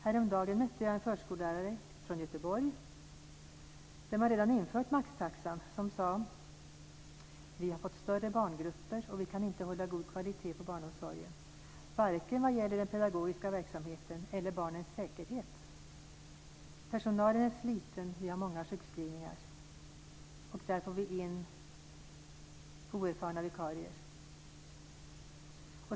Häromdagen mötte jag en förskollärare från Göteborg, där man redan infört maxtaxan, som sade: Vi har fått större barngrupper och kan inte hålla god kvalitet på barnomsorgen, varken vad gäller den pedagogiska verksamheten eller barnens säkerhet. Personalen är sliten. Vi har många sjukskrivningar och får då in oerfarna vikarier.